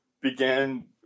began